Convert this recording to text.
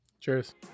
Cheers